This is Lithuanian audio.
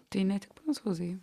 tai ne tik prancūzai